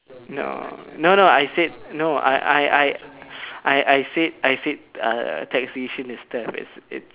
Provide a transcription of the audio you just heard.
no no no I said no I I I I I I said I said I said uh taxation is death it's it's